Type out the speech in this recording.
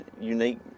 unique